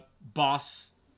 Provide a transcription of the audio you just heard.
boss